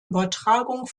übertragung